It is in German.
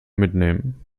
mitnehmen